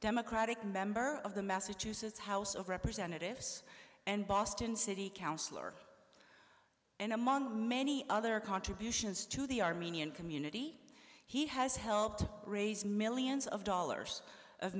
democratic member of the massachusetts house of representatives and boston city councilor and among many other contributions to the armenian community he has helped raise millions of dollars of